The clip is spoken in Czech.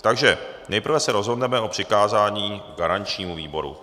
Takže nejprve se rozhodneme o přikázání garančnímu výboru.